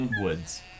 woods